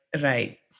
right